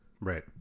Right